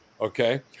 Okay